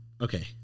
okay